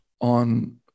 on